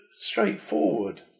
straightforward